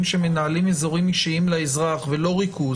שמנהלים אזורים אישיים לאזרח ולא ריכוז,